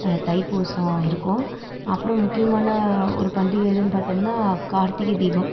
தைப்பூசம் இருக்கும் அப்றம் முக்கியமான ஒரு பண்டிகை எதுன்னு பார்த்தோம்னா கார்த்திகை தீபம்